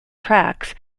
tracks